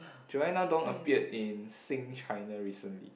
Joanna-Dong appeared in Sing-China recently